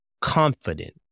confident